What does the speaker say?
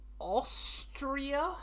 Austria